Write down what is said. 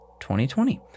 2020